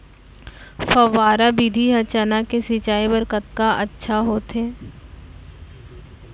फव्वारा विधि ह चना के सिंचाई बर कतका अच्छा होथे?